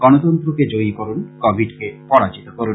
গণতন্ত্রকে জয়ী করুন কোভিডকে পরাজিত করুন